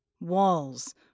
walls